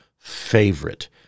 Favorite